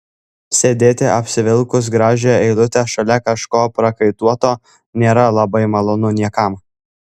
sėdėti apsivilkus gražią eilutę šalia kažko prakaituoto nėra labai malonu niekam